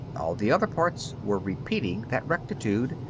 all the other parts were repeating that rectitude,